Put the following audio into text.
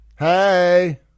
Hey